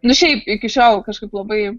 nu šiaip iki šiol kažkaip labai